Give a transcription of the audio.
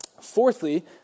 Fourthly